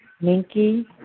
Minky